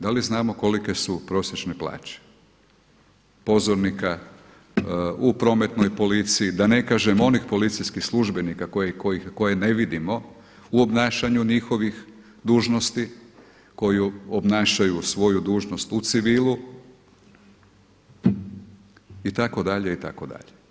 Da li znamo kolike su prosječne plaće pozornika u Prometnoj policiji, da ne kažem onih policijskih službenika koje ne vidimo u obnašanju njihovih dužnosti koji obnašaju svoju dužnost u civilu itd. itd.